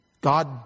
God